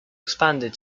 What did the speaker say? expanded